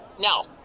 no